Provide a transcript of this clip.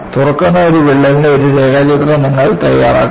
തുറക്കുന്ന ഈ വിള്ളലിന്റെ ഒരു രേഖാചിത്രം നിങ്ങൾ തയ്യാറാക്കുക